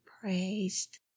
praised